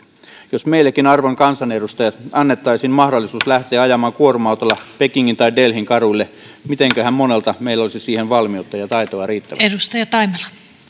jos meillekin arvon kansanedustajat annettaisiin mahdollisuus lähteä ajamaan kuorma autolla pekingin tai delhin kaduille mitenkähän monella meistä olisi siihen valmiutta ja taitoa riittävästi